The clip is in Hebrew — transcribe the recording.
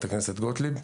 חברת הכנסת גוטליב.